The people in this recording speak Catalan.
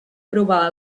provar